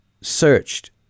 searched